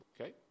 okay